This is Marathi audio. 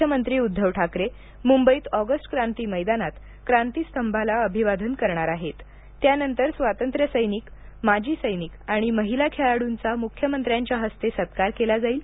मुख्यमंत्री उद्दव ठाकरे मुंबईत ऑगस्ट क्रांती मैदानात क्रांती स्तंभाला अभिवादन करणार आहेत त्यानंतर स्वातंत्र्य सैनिक माजी सैनिक आणि महिला खेळाडूंचा मुख्यमंत्र्यांच्या हस्ते सत्कार केला जाईल